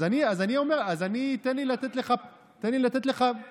אבל עכשיו אני רוצה לגשת לנושא שעליו אנחנו מדברים.